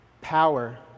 power